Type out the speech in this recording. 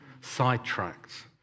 sidetracked